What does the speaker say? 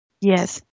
Yes